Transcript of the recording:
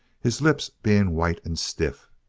his lips being white and stiff.